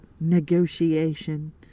negotiation